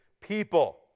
people